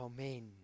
Amen